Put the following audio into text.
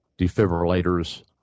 defibrillators